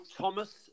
Thomas